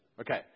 Okay